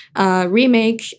Remake